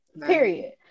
Period